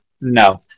no